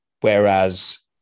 Whereas